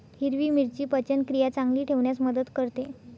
हिरवी मिरची पचनक्रिया चांगली ठेवण्यास मदत करते